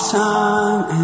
time